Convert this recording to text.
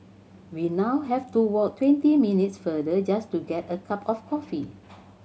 we now have to walk twenty minutes farther just to get a cup of coffee